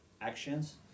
actions